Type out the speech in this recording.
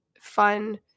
fun